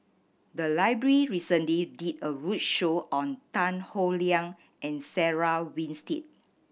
the library recently did a roadshow on Tan Howe Liang and Sarah Winstedt